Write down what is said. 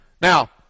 Now